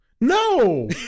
no